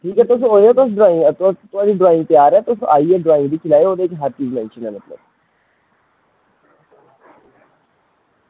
ठाक ऐ तुस आयो तुस थुआढ़ी ड्राईंग त्यार ऐ तुस आइयै ड्राईंग दिक्खी लैयो ओह् ओह्दे च हैप्पी ऐ मतलब